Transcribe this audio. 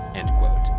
end quote.